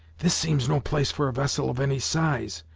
this seems no place for a vessel of any size,